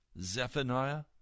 Zephaniah